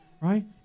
right